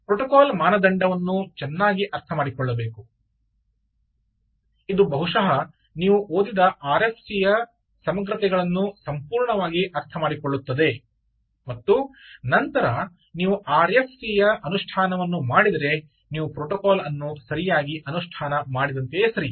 protocol ಮಾನದಂಡವನ್ನು ಚೆನ್ನಾಗಿ ಅರ್ಥಮಾಡಿಕೊಳ್ಳಬೇಕು ಇದು ಬಹುಶಃ ನೀವು ಓದಿದ ಆರ್ಎಫ್ಸಿ ಯ ಸಮಗ್ರತೆಗಳನ್ನು ಸಂಪೂರ್ಣವಾಗಿ ಅರ್ಥಮಾಡಿಕೊಳ್ಳುತ್ತದೆ ಮತ್ತು ನಂತರ ನೀವು ಆರ್ಎಫ್ಸಿಯ ಅನುಷ್ಠಾನವನ್ನು ಮಾಡಿದರೆ ನೀವು ಪ್ರೋಟೋಕಾಲ್ ಅನ್ನು ಸರಿಯಾಗಿ ಅನುಷ್ಠಾನ ಮಾಡಿದಂತೆಯೇ ಸರಿ